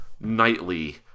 nightly